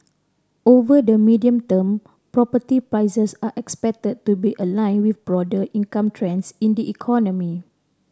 over the medium term property prices are expected to be aligned with broader income trends in the economy